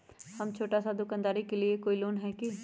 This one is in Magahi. हम छोटा सा दुकानदारी के लिए कोई लोन है कि?